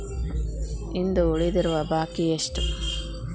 ಇಂದು ಉಳಿದಿರುವ ಬಾಕಿ ಎಷ್ಟು?